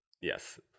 yes